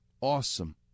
Awesome